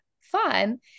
fun